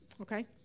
Okay